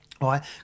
Right